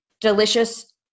delicious